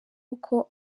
uko